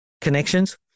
connections